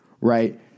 Right